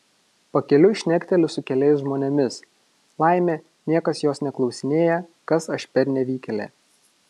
pakeliui šnekteli su keliais žmonėmis laimė niekas jos neklausinėja kas aš per nevykėlė